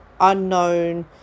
unknown